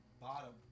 bottom